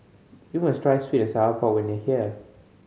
you must try sweet and sour pork when you are here